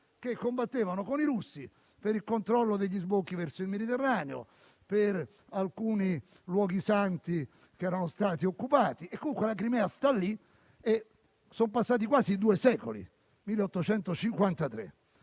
che combattevano con i russi per il controllo degli sbocchi verso il Mediterraneo e per alcuni luoghi santi che erano stati occupati. La Crimea, comunque, sta lì. Dal 1853 sono passati quasi due secoli, ma